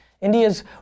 India's